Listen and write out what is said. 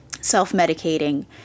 self-medicating